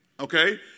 Okay